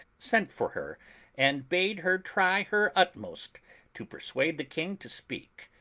sent for her and bade her try her utmost to persuade the king to speak,